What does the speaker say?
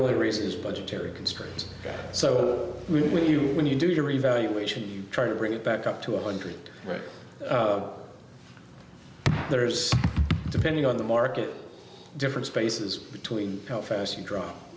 only reason is budgetary constraints so really when you when you do your evaluation try to bring it back up to a hundred right there's depending on the market different spaces between how fast you drop